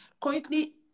Currently